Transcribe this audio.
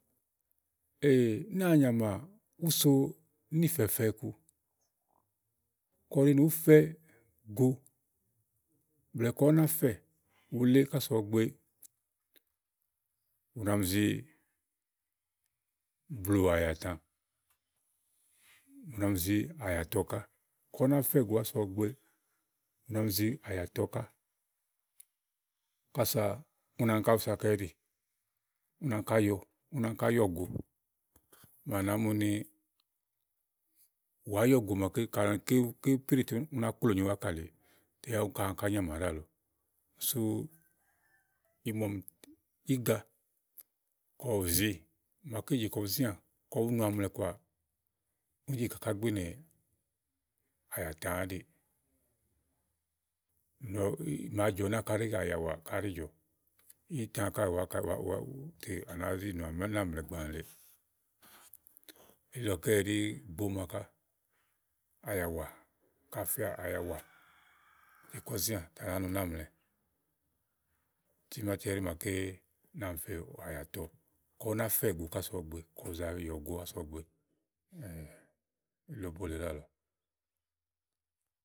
náà nyàmà ìí so níìfɛfɛ ku ka ù ɖi ni ùú fɛ gòo blɛ̀ɛ ka ú nà fɛ̀ɛ wulé ása ɔwɔ gbe, ù nà mì zi, blù àyàtà. Ù nà mi zi àyàtɔ ká, ka ú ná fɛ go ása ɔwɔ gbe ù nà mi zi àyàtɔ ká, kása ú nà áŋká bìsáka íɖì. Ú nà áŋká yɔ, ú nà áŋká yɔ gòo màa à nàá mu ni, wàá yɔ go màaké ka nɔ ni ké wú ké péɖì tè ú nàá kloò nyowɛ ákàlèe. Yá úniká àá áŋká nyàmà ɖáàlɔ. Sú ìí mu ɔmi íga kɔ ù zi màaké jè kɔ bu zĩà kɔ bú nu amlɛ kɔà, ú néje kɔ kàá gbinè àyàtà áɖìì. Màa jɔ náka ɖí àyàwà ká ɛɖí jɔ íga kaɖi wàá áŋka ɖòó tè à nàá zi nù amlɛ, náàmlɛ gbàa le. Elílɔké ɛɖí gbòóma ká. Àyàwà, ka à fɛà àyàwà ùú je kɔ zĩà tè à nàámlɛ timátì ɛɖí màaké na mi fè àyàtɔ, ka ú náfɛ̀ go ása ɔwɔ gbe, ú ná yɔ̀ go ása ɔwɔ gbe, ìlóbó lèe ɖáàlɔ.